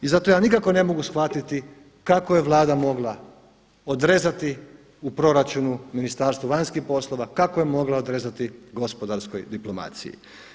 I zato ja nikako ne mogu shvatiti kako je Vlada mogla odrezati u proračunu Ministarstvu vanjskih poslova, kako je mogla odrezati gospodarskoj diplomaciji.